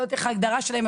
לא יודעת איך ההגדרה שלהם,